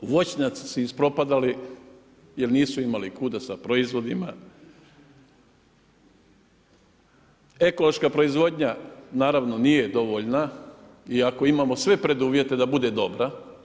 Voćnjaci su ispropadali jer nisu imali kuda sa proizvodima, ekološka proizvodnja naravno nije dovoljna iako imamo sve preduvjete da bude dobra.